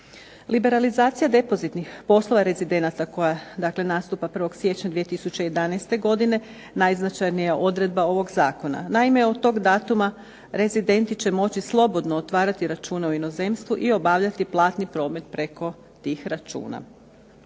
Liberalizacija depozitnih poslova rezidenata koja dakle nastupa 1. siječnja 2011. godine najznačajnija je odredba ovog zakona. Naime, od tog datuma rezidenti će moći slobodno otvarati račune u inozemstvu i obavljati platni promet preko tih računa.